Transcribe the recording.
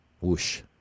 Whoosh